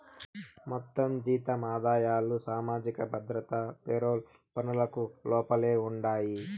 మొత్తం జీతం ఆదాయాలు సామాజిక భద్రత పెరోల్ పనులకు లోపలే ఉండాయి